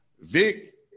Vic